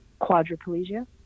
quadriplegia